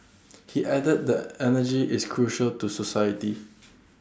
he added that energy is crucial to society